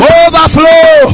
overflow